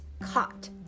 caught